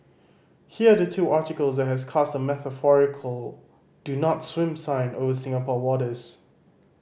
here are the two articles that has cast a metaphorical do not swim sign over Singapore waters